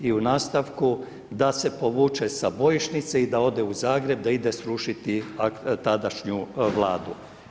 I u nastavku da se povuče sa bojišnice i da ode u Zagreb, da ide srušiti tadašnju vladu.